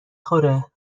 خوره